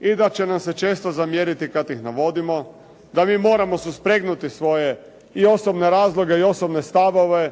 i da će nam se često zamjeriti kad ih navodimo, da mi moramo suspregnuti svoje i osobne razloge i osobne stavove